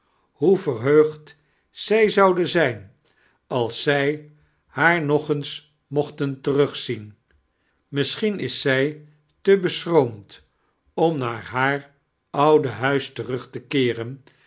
hoe verheugd zij zouden zijn als zij haar nog eens moehten tarugziien misschien is zij te bschroomd om near haar oude huis terug te keeren